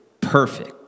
perfect